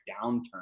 downturn